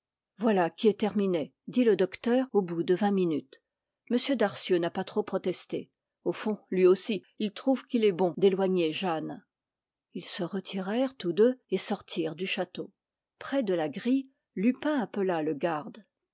voilà qui est terminé dit le docteur au bout de vingt minutes m darcieux n'a pas trop protesté au fond lui aussi il trouve qu'il est bon d'éloigner jeanne ils se retirèrent tous deux et sortirent du château près de la grille lupin appela le garde